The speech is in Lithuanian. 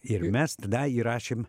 ir mes tada įrašėm